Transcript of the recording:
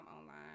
online